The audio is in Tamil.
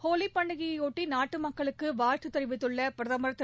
ஹோலி பண்டிகையயொட்டி நாட்டு மக்களுக்கு வாழ்த்து தெிவித்துள்ள பிரதம் திரு